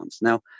Now